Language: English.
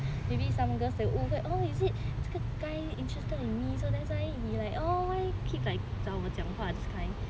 maybe some girls they will 误会 oh is it 这个 guy interested in me so that's why he like oh like keep 找我讲话 this kind